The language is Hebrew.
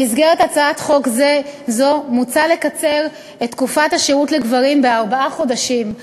בהצעת חוק זו מוצע לקצר את תקופת השירות לגברים בארבעה חודשים,